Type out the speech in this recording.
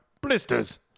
blisters